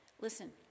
Listen